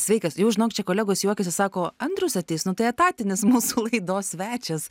sveikas jau žinok čia kolegos juokiasi sako andrius ateis nu tai etatinis mūsų laidos svečias